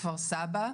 כפר סבא,